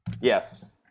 Yes